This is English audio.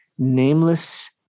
nameless